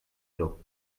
llop